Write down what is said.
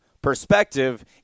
perspective